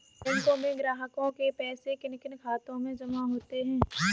बैंकों में ग्राहकों के पैसे किन किन खातों में जमा होते हैं?